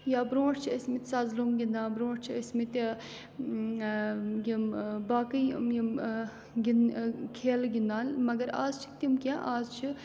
یا برونٛٹھ چھِ ٲسۍ مٕتۍ سَزلومگ گِنٛدان برونٛٹھ چھِ ٲسۍ مٕتۍ یِم باقٕے یِم گِنٛد کھیلہٕ گِنٛدان مگر آز چھِ تِم کینٛہہ آز چھِ